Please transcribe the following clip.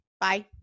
Bye